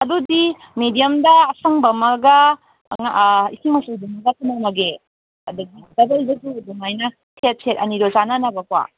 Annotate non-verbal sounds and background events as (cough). ꯑꯗꯨꯗꯤ ꯃꯦꯗꯤꯌꯝꯗ ꯑꯁꯪꯕ ꯑꯃꯒ ꯏꯁꯤꯡ ꯃꯆꯨꯗꯨꯃꯒ ꯊꯝꯃꯝꯃꯒꯦ ꯑꯗꯒꯤ (unintelligible) ꯑꯗꯨꯃꯥꯏꯅ ꯁꯦꯠ ꯁꯦꯠ ꯑꯅꯤꯗꯣ ꯆꯥꯟꯅꯅꯕꯀꯣ